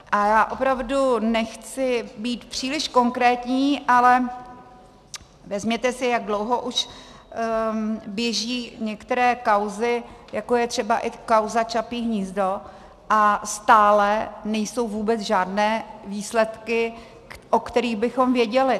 A já opravdu nechci být příliš konkrétní, ale vezměte si, jak dlouho už běží některé kauzy, jako je třeba i kauza Čapí hnízdo, a stále nejsou vůbec žádné výsledky, o kterých bychom věděli.